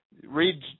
Read